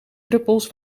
druppels